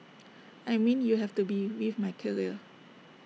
I mean you have to be with my career